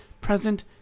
present